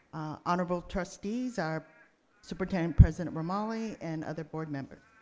honorable trustees, our superintendent-president ramali and other board members,